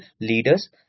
leaders